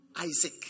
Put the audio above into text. Isaac